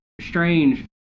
strange